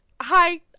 Hi